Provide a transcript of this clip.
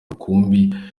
rukumbi